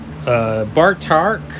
Bartark